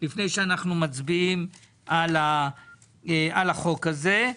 לפני שאנחנו מצביעים על החוק הזה.